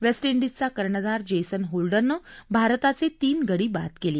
waste इंडिजचा कर्णधार Jason होल्डरनं भारताचे तीन गडी बाद केले